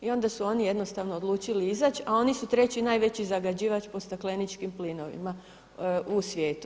I onda su oni jednostavno odlučili izaći, a oni su treći najveći zagađivač po stakleničkim plinovima u svijetu.